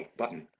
button